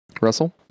Russell